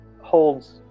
holds